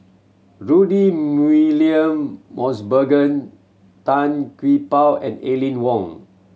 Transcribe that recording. Rudy William Mosbergen Tan Gee Paw and Aline Wong